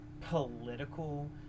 political